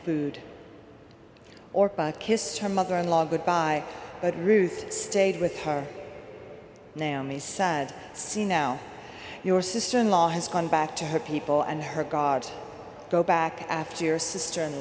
food or kissed her mother in law goodbye but ruth stayed with her now me sad see now your sister in law has gone back to her people and her god go back after your sister in